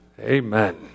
Amen